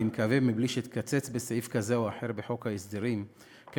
אני מקווה מבלי שתקצץ בחוק ההסדרים בסעיף כזה או אחר,